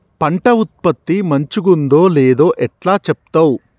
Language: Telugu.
పంట ఉత్పత్తి మంచిగుందో లేదో ఎట్లా చెప్తవ్?